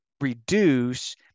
reduce